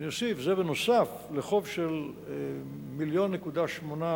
ואני אוסיף: זה נוסף על חוב של 1.8 מיליון